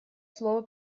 слово